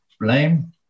blame